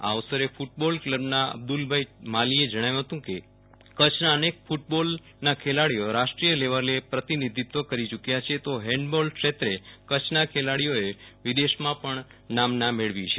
આ અવસરે કૂટબોલ ક્લબના અબ્દુલભાઈ માલીએ જણાવ્યું હતું કે કચ્છના અનેક ફુટબોલના ખેલાડીઓ રાષ્ટ્રીય લેવલે પ્રતિનિધિત્વ કરી ચૂક્યા છે તો હેન્ડ બોલ ક્ષેત્રે કચ્છના ખેલાડીઓએ વિદેશમાં પણ નામના મેળવી છે